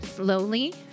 Slowly